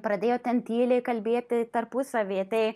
pradėjo ten tyliai kalbėti tarpusavyje tai